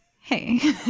hey